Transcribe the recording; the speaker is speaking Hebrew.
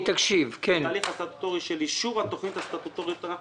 בתהליך הסטטוטורי של אישור התוכנית הסטטוטורית,